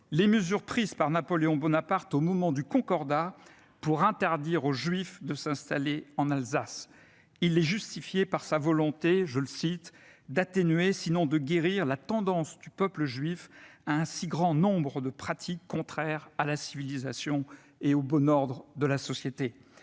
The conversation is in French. les mesures prises par Napoléon Bonaparte, au moment du Concordat, pour interdire aux juifs de s'installer en Alsace. Il les justifiait par sa volonté « d'atténuer, sinon de guérir la tendance du peuple Juif à un si grand nombre de pratiques contraires à la civilisation et au bon ordre de la société ».